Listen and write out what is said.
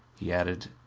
he added,